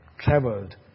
Traveled